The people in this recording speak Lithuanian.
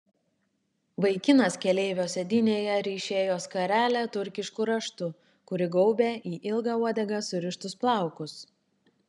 vaikinas keleivio sėdynėje ryšėjo skarelę turkišku raštu kuri gaubė į ilgą uodegą surištus plaukus